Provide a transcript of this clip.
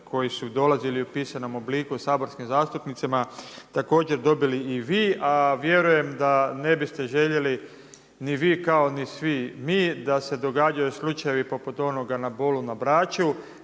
koji su dolazili u pisanom obliku saborskim zastupnicima također dobili i vi, a vjerujem da ne biste željeli ni vi kao ni svi mi da se događaju slučajevi poput onoga na Bolu na Braču